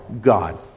god